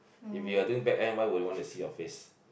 if you are doing back end why would want to see your face